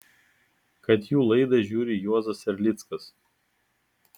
kad jų laidą žiūri juozas erlickas